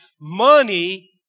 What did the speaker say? Money